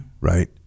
right